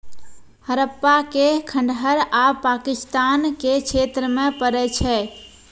हड़प्पा के खंडहर आब पाकिस्तान के क्षेत्र मे पड़ै छै